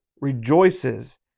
rejoices